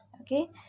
Okay